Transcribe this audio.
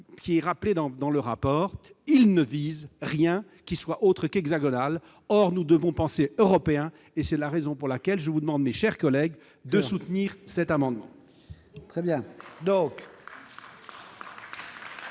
cela est rappelé dans le rapport, ne vise aucun projet qui ne soit pas hexagonal. Or nous devons penser européen, et c'est la raison pour laquelle je vous demande, mes chers collègues, de soutenir cet amendement.